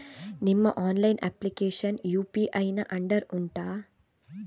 ನಿಮ್ಮ online application UPI ನ under ಉಂಟಾ